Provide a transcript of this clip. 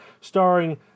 starring